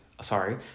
sorry